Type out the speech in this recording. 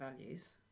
values